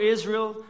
Israel